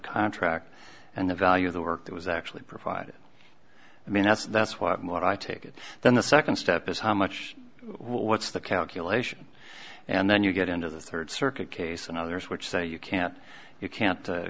contract and the value of the work that was actually provided i mean that's that's one more i take than the second step is how much what's the calculation and then you get into the third circuit case and others which say you can't you can't